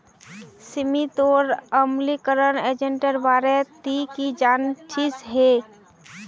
सीमित और अम्लीकरण एजेंटेर बारे ती की जानछीस हैय